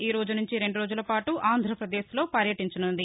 ఈ రోజు నుంచి రెండు రోజుల పాటు ఆంధ్రప్రదేశ్లో పర్యటించనుంది